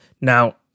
Now